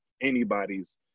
anybody's